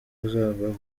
azabaho